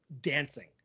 dancing